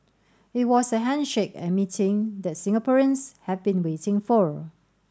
it was the handshake and meeting that Singaporeans have been waiting for